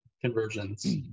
conversions